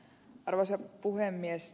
arvoisa puhemies